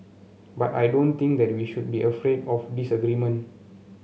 but I don't think that we should be afraid of disagreement